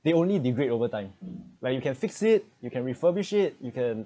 they only degrade over time like you can fix it you can refurbish it you can